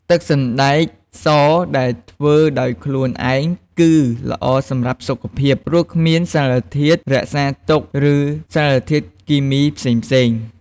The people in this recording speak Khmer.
ទឹកសណ្ដែកសដែលធ្វើដោយខ្លួនឯងគឺល្អសម្រាប់សុខភាព ព្រោះគ្មានសារធាតុរក្សាទុក ឬសារធាតុគីមីផ្សេងៗ។